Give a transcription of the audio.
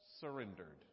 surrendered